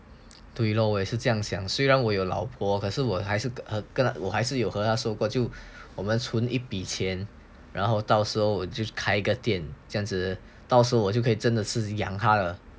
对咯是这样想虽然我有老婆可是我还是跟了我还是有和她说过就我们存一笔钱然后到时候就开个店这样到时候我就可以真的是养她了